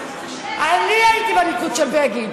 אני הייתי בליכוד של בגין.